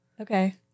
okay